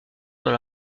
dans